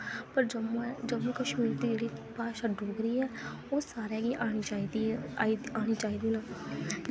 पर जम्मू कश्मीर दी जेह्ड़ी भाशा डोगरी ऐ ओह् सारें गी आनी चाहिदी ऐ